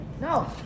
no